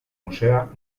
museoa